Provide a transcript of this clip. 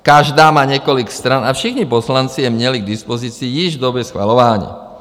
Každý má několik stran a všichni poslanci je měli k dispozici již v době schvalování.